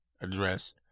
address